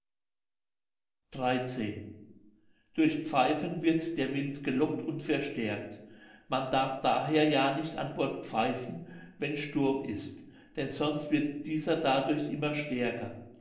durch pfeifen wird der wind gelockt und verstärkt man darf daher ja nicht an bord pfeifen wenn sturm ist denn sonst wird dieser dadurch immer stärker